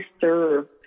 serve